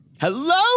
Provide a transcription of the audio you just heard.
Hello